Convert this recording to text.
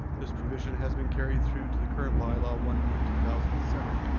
this provision has been carried through to the current bylaw one p two thousand and seven.